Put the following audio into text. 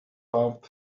pub